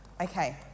Okay